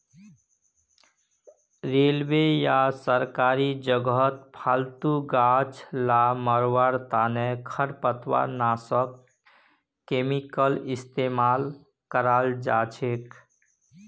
railway या सरकारी जगहत फालतू गाछ ला मरवार तने खरपतवारनाशक केमिकल इस्तेमाल कराल जाछेक